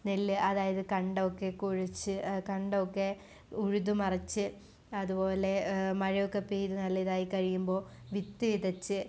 നെല്ല് അതായത് കണ്ടൊക്കെ കുഴിച്ച് കണ്ടൊക്കെ ഉഴുതുമറിച്ച് അതുപോലെ മഴയൊക്കെ പെയ്ത് നല്ല ഇതായിക്കഴിയുമ്പോൾ വിത്തുവിതച്ച്